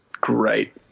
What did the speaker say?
great